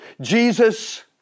Jesus